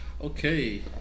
Okay